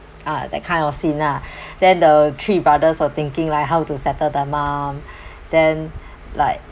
ah that kind of scene ah then the three brothers were thinking like how to settle their mom then like